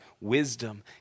wisdom